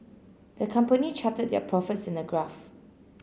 the company charted their profits in a graph